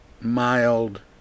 mild